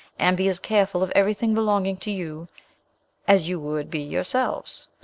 and be as careful of everything belonging to you as you would be yourselves?